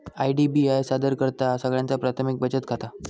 IDBI सादर करतहा सगळ्यांचा प्राथमिक बचत खाता